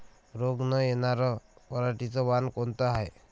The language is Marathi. रोग न येनार पराटीचं वान कोनतं हाये?